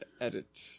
edit